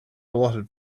allotted